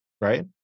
right